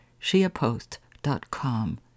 shiapost.com